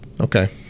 okay